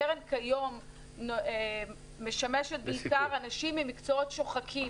הקרן כיום משמשת בעיקר אנשים ממקצועות שוחקים,